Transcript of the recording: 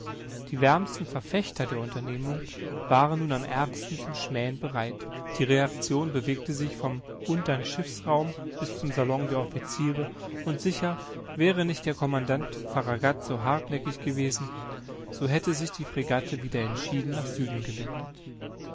die wärmsten verfechter der unternehmung waren nun am ärgsten zum schmähen bereit die reaction bewegte sich vom untern schiffsraum bis zum salon der officiere und sicher wäre nicht der commandant farragut so hartnäckig gewesen so hätte sich die fregatte wieder entschieden nach süden gewendet